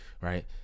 right